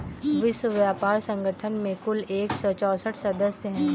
विश्व व्यापार संगठन में कुल एक सौ चौसठ सदस्य हैं